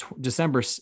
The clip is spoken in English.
December